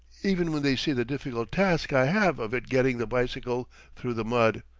even when they see the difficult task i have of it getting the bicycle through the mud.